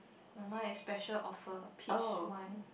no mine is special offer peach wine